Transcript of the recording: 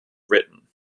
written